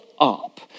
up